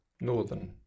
northern